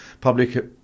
public